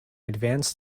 advanced